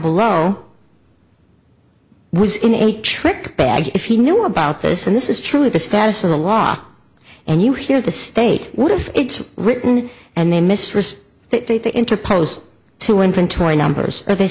below was in a trick bag if he knew about this and this is true of the status of the law and you hear the state what if it's written and they miss wrist they to interpose to inventory numbers or they